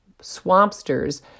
swampsters